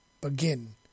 begin